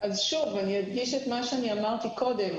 אז שוב אני אדגיש את מה שאני אמרתי קודם,